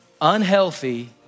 unhealthy